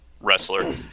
wrestler